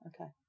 Okay